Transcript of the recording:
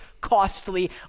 costly